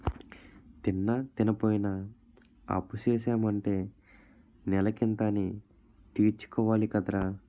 తిన్నా, తినపోయినా అప్పుసేసాము అంటే నెలకింత అనీ తీర్చుకోవాలి కదరా